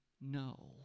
No